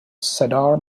cedar